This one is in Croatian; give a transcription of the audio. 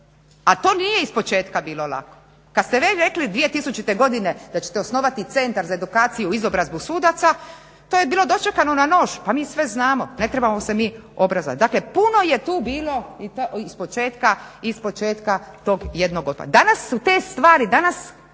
A to nije ispočetka bilo lako. Kad ste meni rekli da ćete 2000. godine da ćete osnovati Centar za edukaciju izobrazbu sudaca to je bilo dočekano na nož. Pa mi sve znamo, ne trebamo se mi obrazovat. Dakle puno je tu bilo i to ispočetka tog jednog otpora. Danas su te stvari, danas,